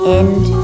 end